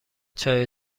چای